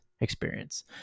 experience